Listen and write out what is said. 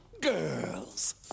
girls